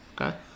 Okay